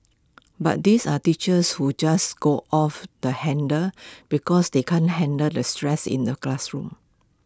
but these are teachers who just go off the handle because they can't handle the stress in the classroom